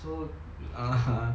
so (uh huh)